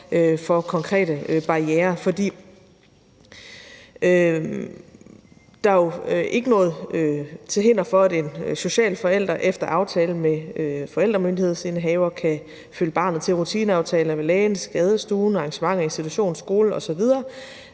for konkrete barrierer. For der er jo ikke noget til hinder for, at en social forælder efter aftale med forældremyndighedsindehaveren kan følge barnet til rutineaftaler ved lægen, på skadestuen, til arrangementer i institutionen, på skolen osv.,